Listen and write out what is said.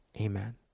amen